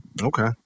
Okay